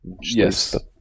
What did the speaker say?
yes